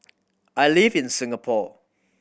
I live in Singapore